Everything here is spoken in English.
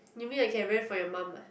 you mean I can rent from your mum ah